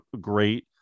great